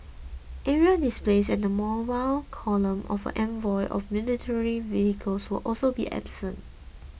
aerial displays and the mobile column of a convoy of military vehicles will also be absent